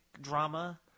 drama